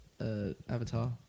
Avatar